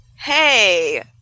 hey